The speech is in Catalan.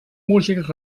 músics